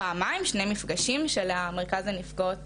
פעמיים שני מפגשים של המרכז לנפגעות.